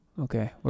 Okay